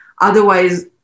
otherwise